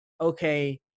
okay